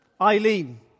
Eileen